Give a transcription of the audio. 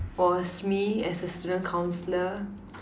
was me as a student councillor